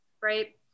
right